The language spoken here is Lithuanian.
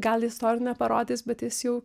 gal jis to ir neparodys bet jis jau